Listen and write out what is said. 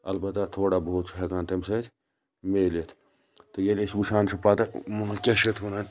اِلبَتہ تھوڑا بہت چھ ہیٚکان تمہِ سۭتۍ مِلِتھ تہٕ ییٚلہِ أسۍ وٕچھان چھِ پَتہٕ کیاہ چھِ یتھ وَنان